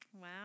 Wow